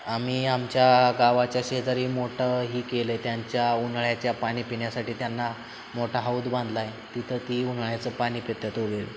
आम्ही आमच्या गावाच्या शेजारी मोठे ही केले त्यांच्या उन्हाळ्याच्या पानी पिण्यासाठी त्यांना मोठा हौद बांधलाय तिथं ती उन्हाळ्याचं पाणी पितात दोन वेळ